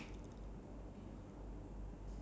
ya okay okay ya ya same left